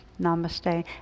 namaste